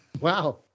Wow